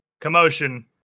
commotion